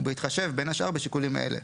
ובהתחשב, בין השאר, בשיקולים אלה: